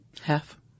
Half